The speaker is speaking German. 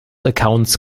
accounts